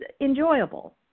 enjoyable